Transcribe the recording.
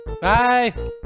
bye